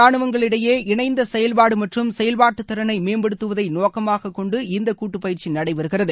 ரானுவங்களுக்கிடையே இணைந்த செயல்பாடு மற்றும் செயல்பாட்டுத்திறளை இரண்டு மேம்படுத்துவதை நோக்கமாக கொண்டு இந்த கூட்டுப்பயிற்சி நடைபெறுகிறது